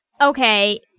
Okay